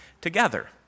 together